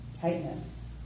tightness